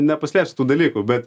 nepaslėpsi tų dalykų bet